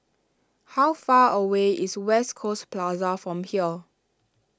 how far away is West Coast Plaza from here